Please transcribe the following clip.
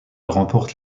remporte